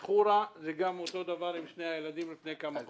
בחורה, אותו דבר עם שני הילדים לפני כמה חודשים.